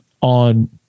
on